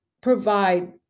provide